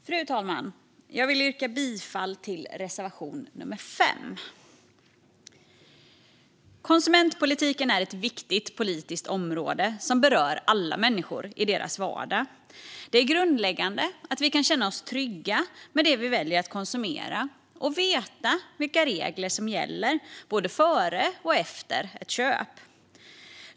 Fru talman! Jag vill yrka bifall till reservation nummer 5. Konsumentpolitiken är ett viktigt politiskt område som berör alla människor i deras vardag. Det är grundläggande att vi kan känna oss trygga med det vi väljer att konsumera och att vi vet vilka regler som gäller både före och efter ett köp.